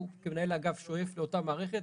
הוא כמנהל האגף שואף לאותה מערכת.